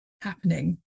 happening